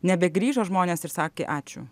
nebegrįžo žmonės ir sakė ačiū